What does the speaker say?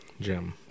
gem